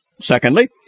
Secondly